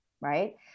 Right